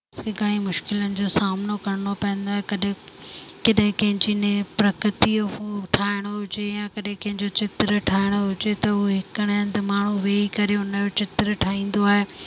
असांखे काई मुश्किलातुनि जो सामनो करिणो पवंदो आहे कॾहिं कॾहिं कंहिंजी ने प्रकृति उहो ठाहिणो हुजे या कॾहिंं कंहिंजो चित्र ठाहिणो हुजे त उहे हिकिड़े हंधु माण्हू वेही करे हुनजो चित्र ठाहींदो आहे